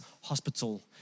hospital